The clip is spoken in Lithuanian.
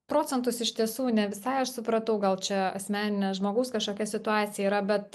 procentus iš tiesų ne visai aš supratau gal čia asmeninė žmogaus kažkokia situacija yra bet